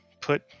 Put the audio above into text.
put